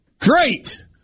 great